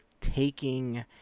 taking